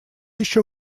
еще